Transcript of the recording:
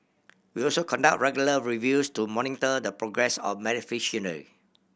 we also conduct regular reviews to monitor the progress of beneficiary